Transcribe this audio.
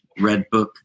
Redbook